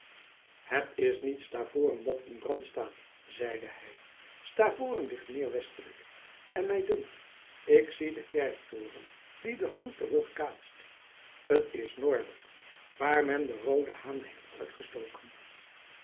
het is niet stavoren dat in brand staat zeide hij stavoren ligt meer westelijk en mij dunkt ik zie den kerktoren die den gloed terugkaatst het is norwert waar men den rooden haan heeft uitgestoken